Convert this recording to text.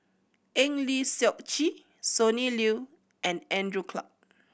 Eng Lee Seok Chee Sonny Liew and Andrew Clarke